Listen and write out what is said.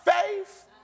faith